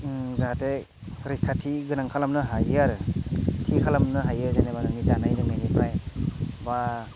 जाहाथे रैखाथि गोनां खालामनो हायो आरो थि खालामनो हायो जेनेबा नोंनि जानाय लोंनायनिफ्राय बा